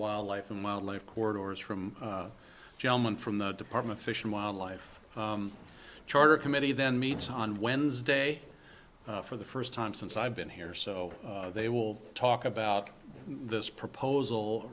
wildlife and wildlife corridors from a gentleman from the department fish and wildlife charter committee then meets on wednesday for the first time since i've been here so they will talk about this proposal